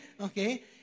Okay